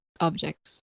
objects